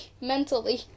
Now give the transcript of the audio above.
mentally